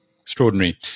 Extraordinary